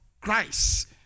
Christ